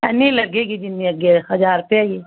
ਐਨੀ ਲੱਗੇਗੀ ਜਿੰਨੇ ਅੱਗੇ ਹਜ਼ਾਰ ਰੁਪਿਆ ਹੀ ਹੈ